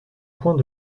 points